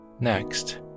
Next